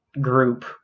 group